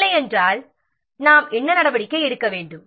இல்லையென்றால் நாம் என்ன நடவடிக்கை எடுக்க வேண்டும்